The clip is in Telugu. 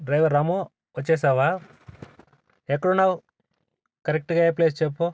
డ్రైవర్ రాము వచ్చేశావా ఎక్కడున్నావు కరెక్ట్గా ఏ ప్లేస్ చెప్పు